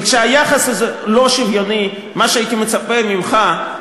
כשהיחס הזה לא שוויוני, מה שהייתי מצפה ממך,